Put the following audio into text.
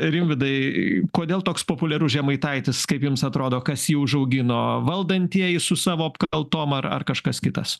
rimvydai kodėl toks populiarus žemaitaitis kaip jums atrodo kas jį užaugino valdantieji su savo apkaltom ar ar kažkas kitas